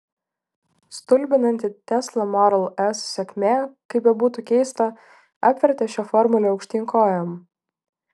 stulbinanti tesla model s sėkmė kaip bebūtų keista apvertė šią formulę aukštyn kojom